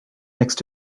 next